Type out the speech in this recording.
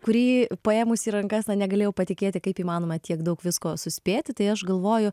kurį paėmusi į rankas na negalėjau patikėti kaip įmanoma tiek daug visko suspėti tai aš galvoju